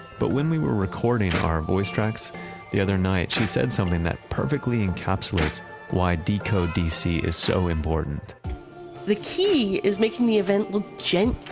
but when we were recording our voice tracks the other night, she said something that perfectly encapsulates why decode dc is so important the key is making the event look gen